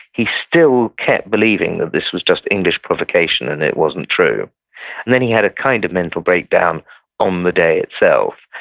he still kept believing that this was just english provocation and it wasn't true. and then he had a kind of mental breakdown on the day itself,